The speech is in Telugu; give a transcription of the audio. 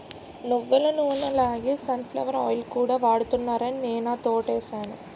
నువ్వులనూనె లాగే సన్ ఫ్లవర్ ఆయిల్ కూడా వాడుతున్నారాని నేనా తోటేసాను